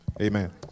Amen